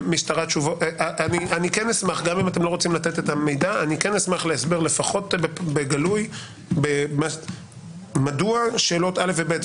אשמח גם אם אינכם רוצים לתת את המידע בגלוי מדוע שאלות א' ו-ב'